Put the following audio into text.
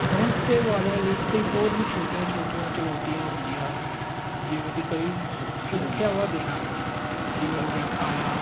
home stay ਵਾਲਿਆਂ ਲਈ ਕਈ ਹੋਰ ਵੀ ਛੋਟੀਆਂ ਛੋਟੀਆਂ ਚੁਣੌਤੀਆਂ ਹੁੰਦੀਆਂ ਹਨ ਜਿਵੇਂ ਕਿ ਕਈ ਸੁਰੱਖਿਆਵਾਂ ਦੇਣਾ ਜਿਵੇਂ ਹੋ ਗਿਆ ਖਾਣਾ